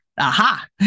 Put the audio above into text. Aha